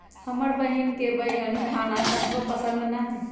हमर बहिन के बईगन खाना तनको पसंद न हई